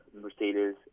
Mercedes